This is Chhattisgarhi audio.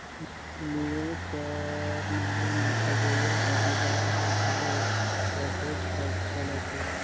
निवेस कर नांव में ठगोइया कारोबार हर घलो कहेच कर चलत हे